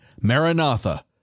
Maranatha